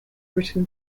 written